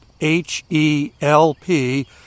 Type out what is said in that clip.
H-E-L-P